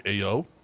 AO